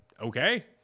okay